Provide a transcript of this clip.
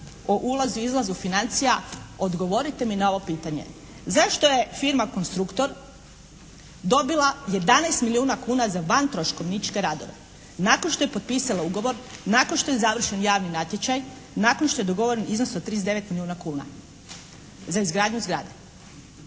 o ulazu i izlazu financija odgovorite mi na ovo pitanje, zašto je firma "Konstruktor" dobila 11 milijuna kuna za vantroškovničke radove nakon što je potpisala ugovor, nakon što je završen javni natječaj, nakon što je dogovoren iznos od 39 milijuna kuna za izgradnju zgrade?